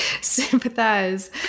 sympathize